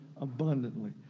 abundantly